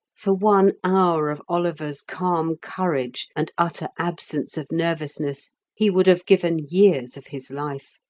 for one hour of oliver's calm courage and utter absence of nervousness he would have given years of his life.